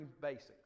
basics